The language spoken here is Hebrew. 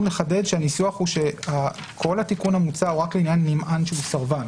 שהניסוח הוא שכל התיקון המוצע הוא רק לעניין נמען שהוא סרבן.